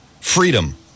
freedom